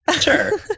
Sure